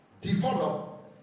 develop